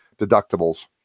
deductibles